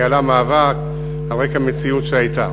היא ניהלה מאבק על רקע מציאות שהייתה.